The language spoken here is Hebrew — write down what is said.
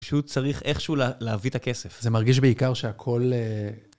פשוט צריך איכשהו להביא את הכסף. זה מרגיש בעיקר שהכל...